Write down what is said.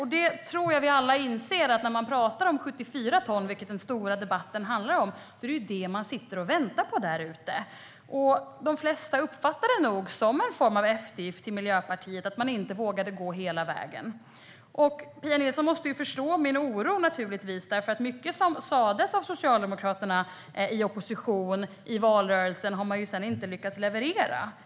Jag tror att alla inser att när vi pratar om 74 ton, vilket den stora debatten handlar om, är det detta som de sitter och väntar på där ute. De flesta uppfattar det nog som en form av eftergift till Miljöpartiet att ni inte vågade gå hela vägen. Pia Nilsson måste förstå min oro, för mycket som sas av Socialdemokraterna i opposition i valrörelsen har de sedan inte lyckats leverera.